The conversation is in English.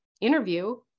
interview